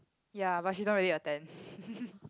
ya but she don't really attend